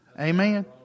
Amen